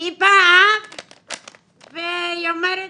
היא באה והיא אומרת: